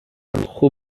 جشن